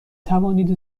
توانید